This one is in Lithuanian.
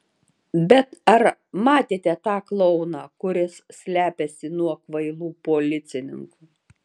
bet ar matėte tą klouną kuris slepiasi nuo kvailų policininkų